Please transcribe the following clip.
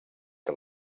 que